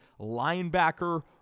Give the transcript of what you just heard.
linebacker